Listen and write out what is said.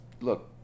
look